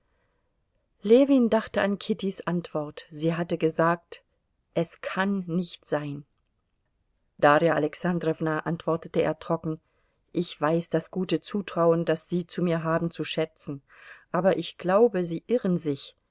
ljewin dachte an kittys antwort sie hatte gesagt es kann nicht sein darja alexandrowna antwortete er trocken ich weiß das gute zutrauen das sie zu mir haben zu schätzen aber ich glaube sie irren sich